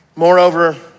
Moreover